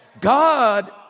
God